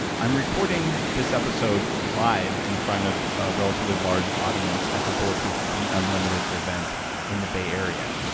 i'm recording this episode live, in front of a relatively large audience, at the bulletproof be unlimited event in the bay area.